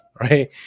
right